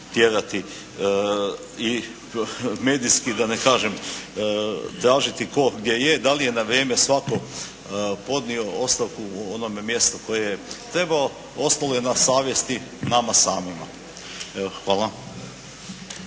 i medijski da ne kažem dražiti kob gdje je da li je na vrijeme svatko podnio ostavku u onome mjestu koje je trebao. Ostalo je na savjesti nama samima. Hvala.